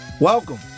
Welcome